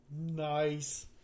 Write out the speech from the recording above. Nice